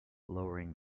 lowering